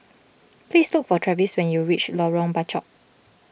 please look for Travis when you reach Lorong Bachok